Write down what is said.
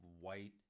white